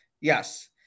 Yes